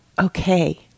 okay